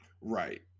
Right